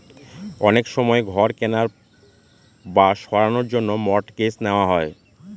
অনেক সময় ঘর কেনার বা সারানোর জন্য মর্টগেজ নেওয়া হয়